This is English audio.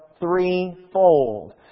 threefold